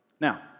Now